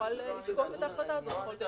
תוכל בכל דרך משפטית --- אני חושב שלא ענית